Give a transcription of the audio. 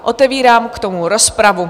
Otevírám k tomu rozpravu.